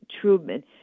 Truman